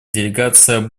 делегация